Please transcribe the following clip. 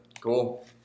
Cool